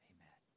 Amen